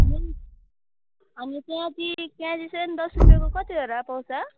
अनि त्यहाँ प्याजी त्यहाँ प्याजी चाहिँ दस रुपियाँको कतिवटा पाउँछ